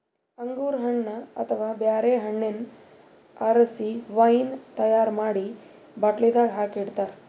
ಅಂಗೂರ್ ಹಣ್ಣ್ ಅಥವಾ ಬ್ಯಾರೆ ಹಣ್ಣ್ ಆರಸಿ ವೈನ್ ತೈಯಾರ್ ಮಾಡಿ ಬಾಟ್ಲಿದಾಗ್ ಹಾಕಿ ಇಡ್ತಾರ